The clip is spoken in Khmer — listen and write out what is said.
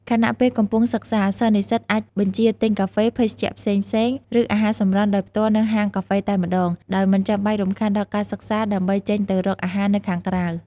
ខណៈពេលកំពុងសិក្សា សិស្សនិស្សិតអាចបញ្ជាទិញកាហ្វេ ភេសជ្ជៈផ្សេងៗ ឬអាហារសម្រន់ដោយផ្ទាល់នៅហាងកាហ្វេតែម្ដង ដោយមិនចាំបាច់រំខានដល់ការសិក្សាដើម្បីចេញទៅរកអាហារនៅខាងក្រៅ។